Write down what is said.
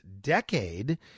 decade